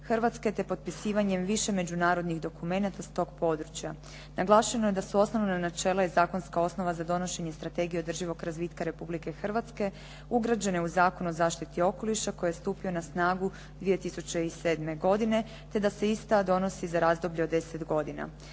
Hrvatske te potpisivanje više međunarodnih dokumenata s tog područja. Naglašeno je da su osnovna načela i zakonska osnova za donošenje Strategije održivog razvitka Republike Hrvatske ugrađene u Zakon o zaštiti okoliša koji je stupio na snagu 2007. godine, te da se ista donosi za razdoblje od 10 godina.